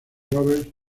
roberts